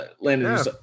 Landon